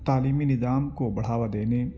تعلیمی نظام کو بڑھاوا دینے